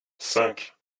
cinq